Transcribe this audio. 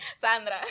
Sandra